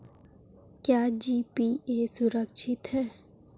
क्या जी.पी.ए सुरक्षित है?